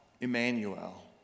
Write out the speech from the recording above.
Emmanuel